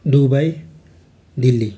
Dubai Delhi